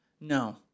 No